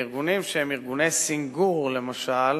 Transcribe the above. בארגונים שהם ארגוני סנגור למשל,